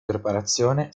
preparazione